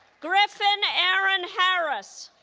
griffin aaron harris